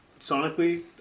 sonically